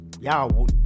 Y'all